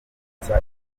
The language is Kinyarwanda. kuvuga